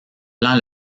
plan